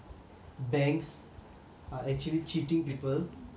banks are actually cheating people